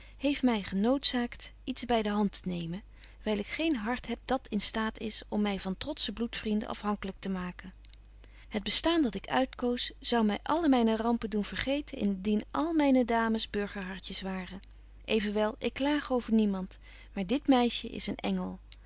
heeft my genoodzaakt iets by de hand te nemen wyl ik geen hart heb dat in staat is om my van trotsche bloedvrienden afhankelyk te maken het bestaan dat ik uitkoos zou my alle myne rampen doen vergeten indien alle myne dames burgerhartjes waren evenwel ik klaag over niemand maar dit meisje is een engel